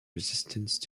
resistance